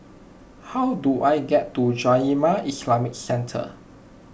how do I get to Jamiyah Islamic Centre